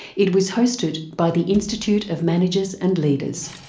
it was hosted by the institute of managers and leaders.